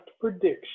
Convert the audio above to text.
prediction